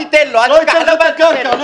לא אתן לך את הקרקע.